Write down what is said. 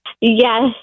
Yes